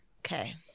Okay